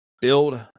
build